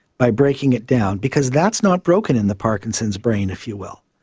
by breaking it down, because that's not broken in the parkinson's brain, if you will.